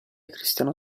cristiano